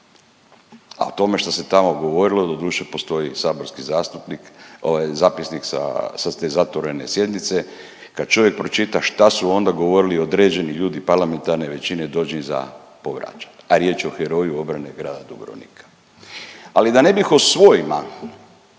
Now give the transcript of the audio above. A o tome što se tamo govorilo, doduše, postoji saborski zastupnik, ovaj, zapisnik sa te zatvorene sjednice, kad čovjek pročita šta su onda govorili određeni ljudi parlamentarne većine, dođe za povraćati, a riječ je o heroju obrane grada Dubrovnika. Ali da ne bih o svojima,